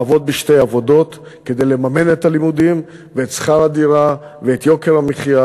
לעבוד בשתי עבודות כדי לממן את הלימודים ואת שכר הדירה ואת יוקר המחיה.